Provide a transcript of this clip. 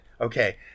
Okay